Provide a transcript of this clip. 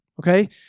Okay